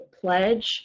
pledge